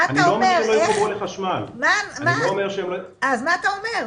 איך --- אני לא אומר שהם לא יחוברו לחשמל --- אז מה אתה אומר?